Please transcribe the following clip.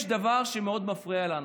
יש דבר שמאוד מפריע לנו,